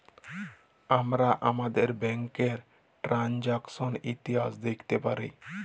আমরা আমাদের ব্যাংকের টেরানযাকসন ইতিহাস দ্যাখতে পারি